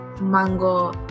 mango